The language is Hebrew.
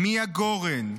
מיה גורן,